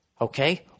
okay